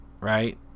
right